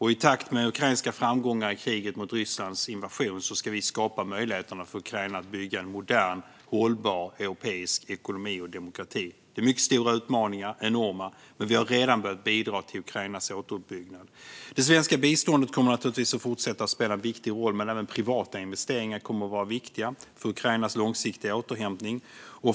I takt med ukrainska framgångar i kriget mot Rysslands invasion ska vi skapa möjligheter för Ukraina att skapa en modern, hållbar europeisk ekonomi och demokrati. Utmaningarna är mycket stora - enorma - men vi har redan börjat bidra till Ukrainas återuppbyggnad. Det svenska biståndet kommer naturligtvis att fortsätta att spela en viktig roll, men även privata investeringar kommer att vara viktiga för Ukrainas långsiktiga återhämtning.